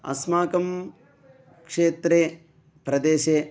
अस्माकं क्षेत्रे प्रदेशे